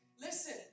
listen